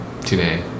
today